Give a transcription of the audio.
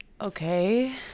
Okay